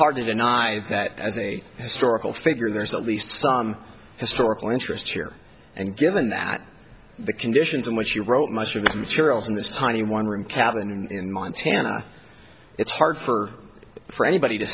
hard to deny that as a historical figure there's at least some historical interest here and given that the conditions in which he wrote much of a material in this tiny one room cabin in montana it's hard for for anybody to